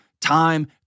time